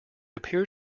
appear